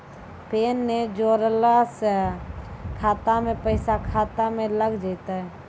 Pan ने जोड़लऽ छै खाता मे पैसा खाता मे लग जयतै?